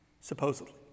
supposedly